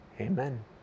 Amen